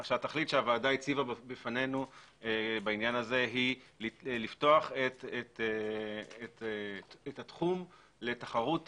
התכלית שהוועדה הציבה בפנינו בעניין הזה היא לפתוח את התחום לתחרות